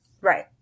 Right